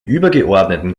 übergeordneten